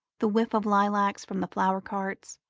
the whiff of lilacs from the flower-carts,